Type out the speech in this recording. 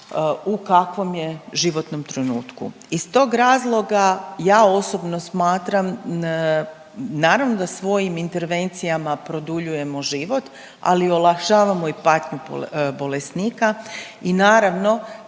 u kakvom je životnom trenutku i iz tog razloga ja osobno smatram, naravno da svojim intervencijama produljujemo život ali olakšavamo i patnju bolesnika i naravno